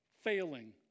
failing